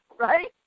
Right